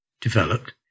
developed